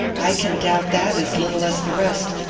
i can doubt that as little as the rest,